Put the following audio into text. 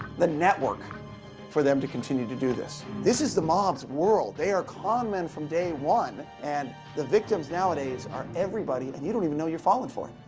the network for them to continue to do this. this is the mob's world. they are con men from day one. and the victims nowadays are everybody, and you don't even know you're falling for it.